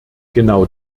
genau